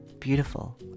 beautiful